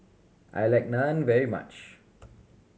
I like Naan very much